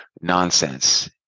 nonsense